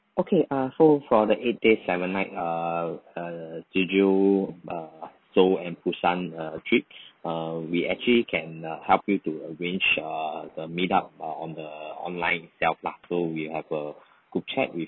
okay err so for the eight days seven nights err err jeju err seoul and busan err trip err we actually can help you to arrange err the meet up err on the err online self lah so we have a group chat with